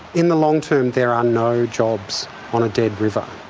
in the long term there are no jobs on a dead river.